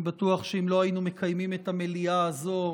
אני בטוח שאם לא היינו מקיימים את המליאה הזו,